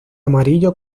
amarillo